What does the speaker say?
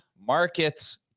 markets